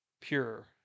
pure